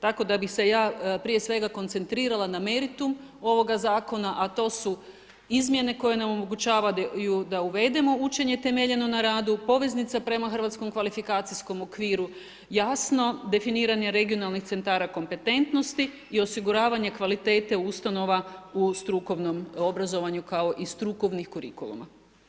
Tako da bih se ja prije svega koncentrirala na meritum ovoga Zakona, a to su izmjene koje nam omogućavaju da uvedemo učenje temeljeno na radu, poveznice prema hrvatskom kvalifikacijskom okviru, jasno definiranje regionalnih centara kompetentnosti i osiguravanje kvalitete ustanova u strukovnom obrazovanju kao i strukovnih kurikuluma.